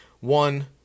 One